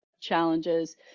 challenges